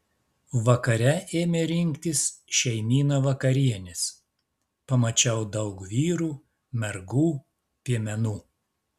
vakare ėmė rinktis šeimyna vakarienės pamačiau daug vyrų mergų piemenų